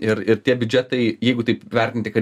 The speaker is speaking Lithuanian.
ir ir tie biudžetai jeigu taip vertinti kad